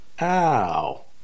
Ow